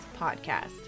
Podcast